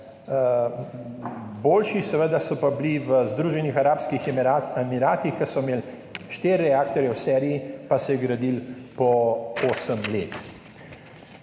Boljši, seveda, so pa bili v Združenih arabskih emiratih, kjer so imeli štiri reaktorje v seriji pa so jih gradili po osem let.